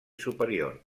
superior